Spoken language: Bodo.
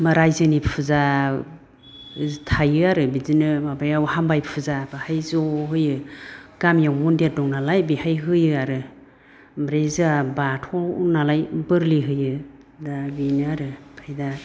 रायजोनि फुजा थायो आरो बिदिनो माबायाव हामबाय फुजा बाहाय ज' होयो गामियाव मन्दिर दं नालाय बेलाय होयो आरो ओमफ्राय जोंहा बाथौ नालाय बोरलि होयो दा बिनो आरो ओमफ्राय दा